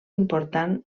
important